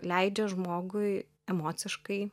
leidžia žmogui emociškai